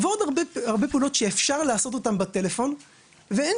ועוד הרבה פעולות שאפשר לעשות אותן בטלפון ואין